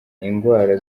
ingwara